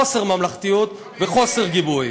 חוסר ממלכתיות וחוסר גיבוי.